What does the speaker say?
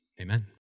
amen